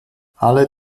alle